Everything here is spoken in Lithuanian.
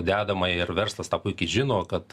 dedamąją ir verslas tą puikiai žino kad